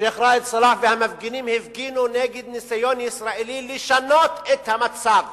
שיח' ראאד סלאח והמפגינים הפגינו נגד ניסיון ישראלי לשנות את המצב